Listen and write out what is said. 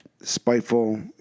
Spiteful